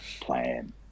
plan